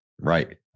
Right